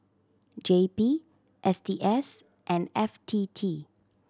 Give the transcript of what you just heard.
J P S T S and F T T